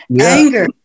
anger